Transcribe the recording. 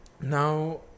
now